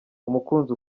umukunzi